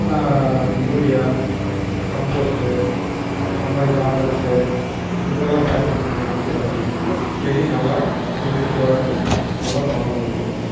urea composter இந்தமாரி complex இதெல்லாம் பயன்படுத்தும்போது வந்து பார்த்தீங்கனா செடி நல்லா செழித்து வளர்ந்து நல்ல பலனை கொடுக்கும்